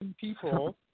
people